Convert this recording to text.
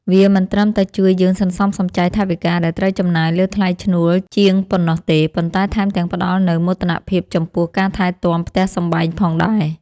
វាមិនត្រឹមតែជួយយើងសន្សំសំចៃថវិកាដែលត្រូវចំណាយលើថ្លៃឈ្នួលជាងប៉ុណ្ណោះទេ ប៉ុន្តែថែមទាំងផ្តល់នូវមោទនភាពចំពោះការថែទាំផ្ទះសម្បែងផងដែរ។